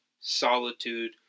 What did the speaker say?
solitude